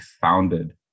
founded